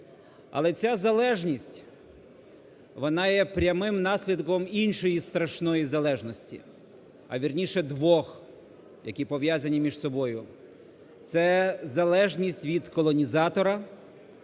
Але ця залежність, вона є прямим наслідком іншої страшної залежності, а, вірніше, двох, які пов'язані між собою. Це залежність від колонізатора,